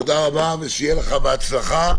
תודה רבה ושיהיה לך בהצלחה.